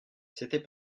c’était